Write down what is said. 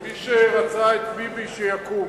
מי שרצה את ביבי, שיקום.